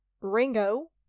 Ringo